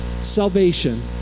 salvation